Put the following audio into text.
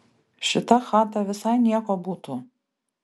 šita chata visai nieko būtų